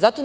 Zato